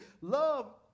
love